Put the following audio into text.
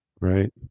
Right